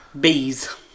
Bees